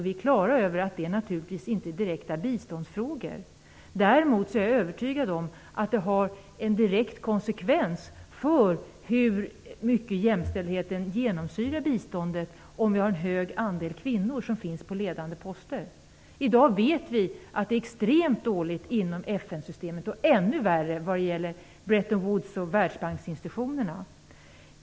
Vi är klara över att det här naturligtvis inte är direkta biståndsfrågor, men däremot är jag övertygad om att det har en direkt konsekvens för hur mycket jämställdheten genomsyrar biståndet om vi har en hög andel kvinnor på ledande poster. Vi vet att det i dag är extremt dåligt inom FN systemet och ännu värre när det gäller Bretton Woods och Världsbanksinstitutionerna.